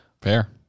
Fair